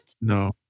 No